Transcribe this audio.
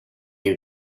you